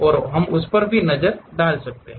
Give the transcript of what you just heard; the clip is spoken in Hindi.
उस पर हम नजर डालते हैं